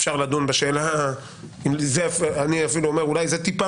אפשר לדון בשאלה ואני אפילו אומר אולי זה טיפה